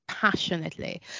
passionately